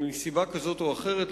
מסיבה כזאת או אחרת,